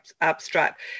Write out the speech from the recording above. abstract